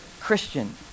Christian